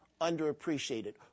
underappreciated